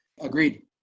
Agreed